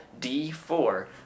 D4